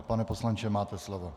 Pane poslanče, máte slovo.